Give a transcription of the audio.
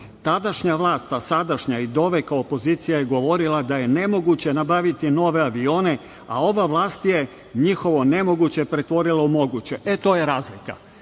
Tadašnja vlast, a sadašnja i doveka opozicija je govorila da je nemoguće nabaviti nove avione, a ova vlast je njihovo nemoguće pretvorila u moguće i to je razlika